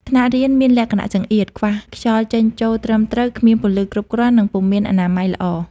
ថ្នាក់រៀនមានលក្ខណៈចង្អៀត ខ្វះខ្យល់ចេញចូលត្រឹមត្រូវ គ្មានពន្លឺគ្រប់គ្រាន់ និងពុំមានអនាម័យល្អ។